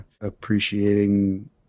appreciating